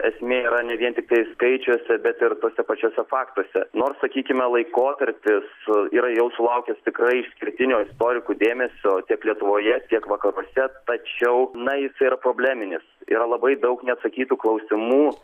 esmė yra ne vien tiktai skaičiuose bet ir tuose pačiuose faktuose nors sakykime laikotarpis yra jau sulaukęs tikrai išskirtinio istorikų dėmesio tiek lietuvoje tiek vakaruose tačiau na jisai yra probleminis yra labai daug neatsakytų klausimų